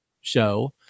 show